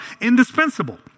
indispensable